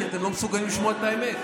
כי אתם לא מסוגלים לשמוע את האמת.